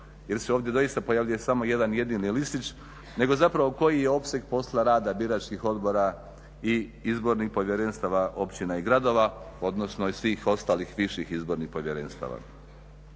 jel se ovdje doista samo jedan jedini listić nego koji je opseg posla rada biračkih odbora i izbornih povjerenstava općina i gradova odnosno svih ostalih viših izbornih povjerenstva.